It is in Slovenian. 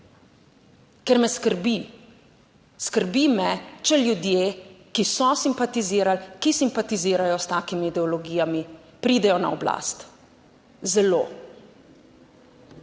Ker me skrbi, skrbi me, če ljudje, ki so simpatizirali, ki simpatizirajo s takimi ideologijami, pridejo na oblast. Zelo.